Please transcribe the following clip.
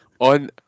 on